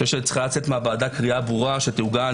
צריכה לצאת מהוועדה קריאה ברורה שתעוגן